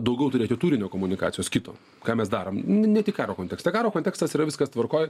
daugiau turėti turinio komunikacijos kito ką mes darom ne tik karo kontekste karo kontekstas yra viskas tvarkoj